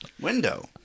window